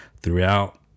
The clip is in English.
throughout